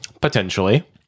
Potentially